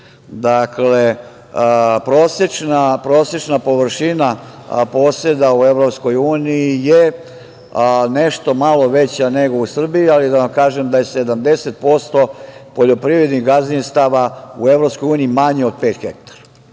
Dakle, prosečna površina poseda u EU je nešto malo veća nego u Srbiji, ali da vam kažem da je 70% poljoprivrednih gadzinstava u EU manje od 5%.Velika